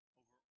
over